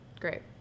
great